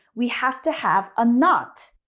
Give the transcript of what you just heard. we have to have ah not.